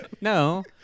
No